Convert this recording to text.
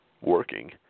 working